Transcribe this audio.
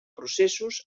processos